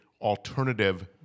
alternative